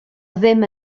ddim